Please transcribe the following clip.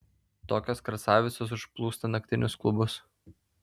tokios krasavicos užplūsta naktinius klubus